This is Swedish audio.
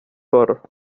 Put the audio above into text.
förr